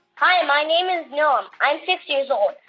hi. my name is noam. i'm six years old,